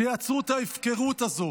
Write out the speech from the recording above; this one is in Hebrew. שיעצרו את ההפקרות הזו.